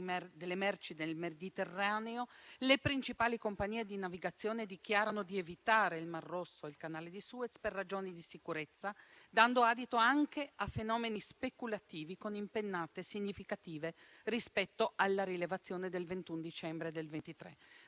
delle merci nel Mediterraneo. Le principali compagnie di navigazione dichiarano di evitare il mar Rosso e il Canale di Suez per ragioni di sicurezza, dando adito anche a fenomeni speculativi, con impennate significative rispetto alla rilevazione del 21 dicembre del 2023.